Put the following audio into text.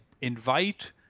invite